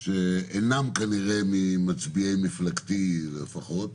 שאינם כנראה ממצביעי מפלגתי לפחות.